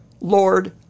Lord